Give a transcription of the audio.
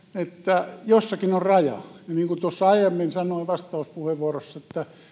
että jossakin on raja niin kuin aiemmin sanoin vastauspuheenvuorossa